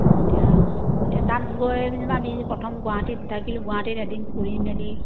এতিয়া এতিয়া তাত গৈ যেনিবা আমি প্ৰথম গুৱাহাটী থাকিলোঁ গুৱাহাটীত এদিন ফূৰি মেলি